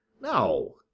No